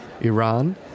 Iran